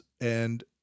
And-